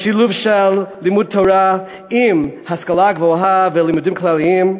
השילוב של לימוד תורה עם השכלה גבוהה ולימודים כלליים,